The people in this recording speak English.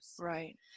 Right